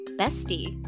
bestie